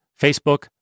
Facebook